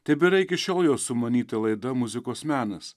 tebėra iki šiol jo sumanyta laida muzikos menas